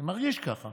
אני מרגיש ככה,